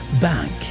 bank